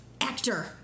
actor